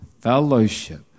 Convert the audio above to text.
Fellowship